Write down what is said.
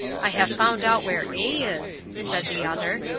i have found out where a is, said the other.